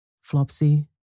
Flopsy